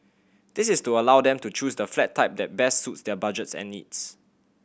this is to allow them to choose the flat type that best suits their budgets and needs